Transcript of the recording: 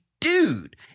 dude